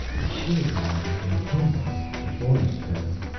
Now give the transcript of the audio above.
but she was in love with mikumwess, the forest fairy.